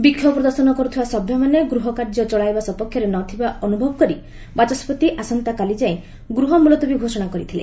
ବିକ୍ଷୋଭ ପ୍ରଦର୍ଶନ କରୁଥିବା ସଭ୍ୟମାନେ ଗୃହ କାର୍ଯ୍ୟ ଚଳାଇବା ସପକ୍ଷରେ ନଥିବା ଅନୁଭବ କରି ବାଚସ୍କତି ଆସନ୍ତାକାଲି ଯାଏଁ ଗୃହ ମୁଲତବୀ ଘୋଷଣା କରିଥିଲେ